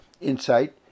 insight